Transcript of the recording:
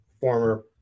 former